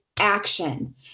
action